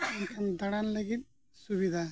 ᱮᱱᱠᱷᱟᱱ ᱫᱟᱬᱟᱱ ᱞᱟᱹᱜᱤᱫ ᱥᱩᱵᱤᱫᱷᱟ